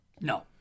No